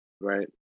Right